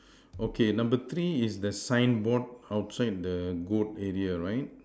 okay number three is the signboard outside the goat area right